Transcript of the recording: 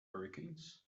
hurricanes